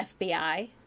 FBI